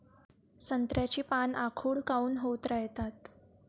संत्र्याची पान आखूड काऊन होत रायतात?